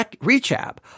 Rechab